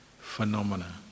phenomena